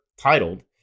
titled